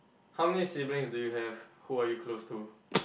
how many siblings do you have who are you close to